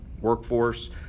workforce